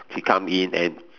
she come in and